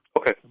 Okay